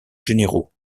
généraux